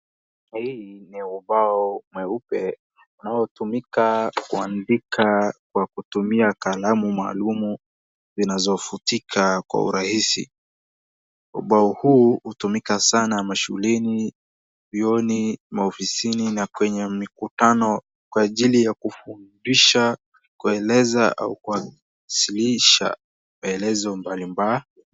Hii ni ubao mweupe unaotumika kuandika kwa kutumia kalamu maalumu zinazofutika kwa urahisi. Ubao huu hutumika sana mashuleni, vyuoni, maofisini na kwenye mikutano kwa ajili ya kufundisha, kueleza au kuwasilisha maelezo mbali mba..